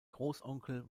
großonkel